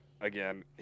again